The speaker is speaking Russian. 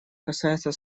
касается